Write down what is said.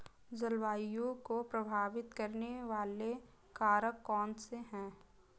जलवायु को प्रभावित करने वाले कारक कौनसे हैं?